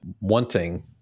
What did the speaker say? wanting